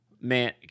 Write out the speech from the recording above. Man